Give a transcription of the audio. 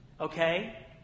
okay